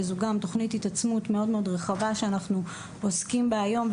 שזו גם תוכנית התעצמות מאוד מאוד רחבה שאנחנו עוסקים בה היום,